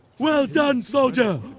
well done soldier,